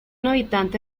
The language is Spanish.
habitante